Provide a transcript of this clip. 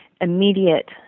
immediate